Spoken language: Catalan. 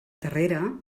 terrera